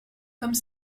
comme